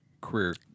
career